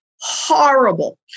horrible